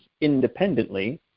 independently